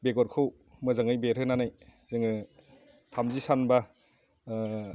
बेगरखौ मोजाङै बेरहोनानै जोङो थामजि सानबा